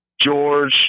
George